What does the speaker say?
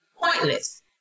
pointless